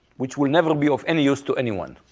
which will never be of any use to anyone.